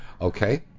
Okay